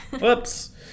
Whoops